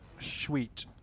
Sweet